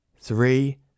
Three